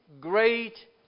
great